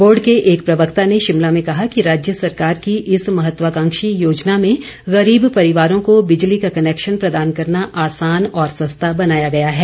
board के एक प्रवक्ता ने शिमला में कहा कि राज्य सरकार की इस महत्वकांक्षी योजना में गरीब परिवारों को बिजली का कनैक्शन प्रदान करना आसान और सस्ता बनाया गया है